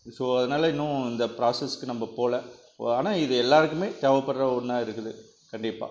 so அதனால் இன்னும் இந்த ப்ராசஸுக்கு நம்ம போகல ஆனால் இது எல்லோருக்குமே தேவைப்படுற ஒன்னாக இருக்குது கண்டிப்பாக